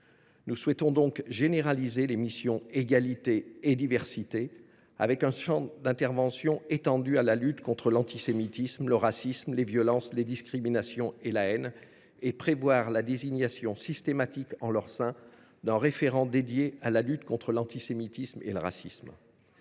Nous souhaitons donc généraliser les missions « égalité et diversité », en étendant leur champ d’intervention à la lutte contre l’antisémitisme, le racisme, les violences, les discriminations et la haine. En outre, nous proposons la désignation systématique, en leur sein, d’un référent dédié à la lutte contre l’antisémitisme et le racisme.